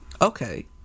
Okay